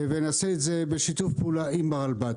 ונעשה את זה בשיתוף פעולה עם הרלב"ד.